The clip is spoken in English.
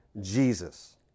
Jesus